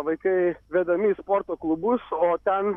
vaikai vedami į sporto klubus o ten